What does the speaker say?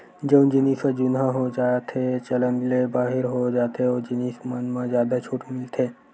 जउन जिनिस ह जुनहा हो जाथेए चलन ले बाहिर हो जाथे ओ जिनिस मन म जादा छूट मिलथे